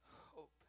Hope